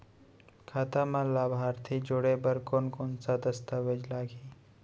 खाता म लाभार्थी जोड़े बर कोन कोन स दस्तावेज लागही?